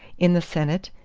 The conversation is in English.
in the senate,